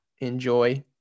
enjoy